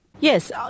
Yes